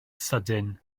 sydyn